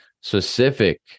specific